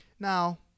Now